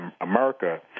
America